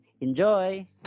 Enjoy